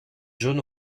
jaune